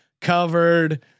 covered